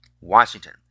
Washington